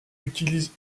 utilise